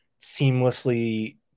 seamlessly